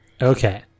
okay